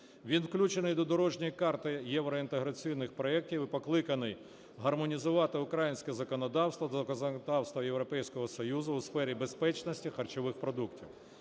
він включений до дорожньої карти євроінтеграційних проектів і покликаний гармонізувати українське законодавство та законодавство Європейського Союзу у сфері безпечності харчових продуктів.